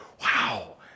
wow